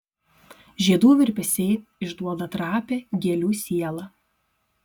žiedų virpesiai išduoda trapią gėlių sielą